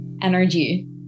energy